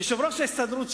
יושב-ראש ההסתדרות,